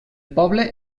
poble